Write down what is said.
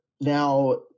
now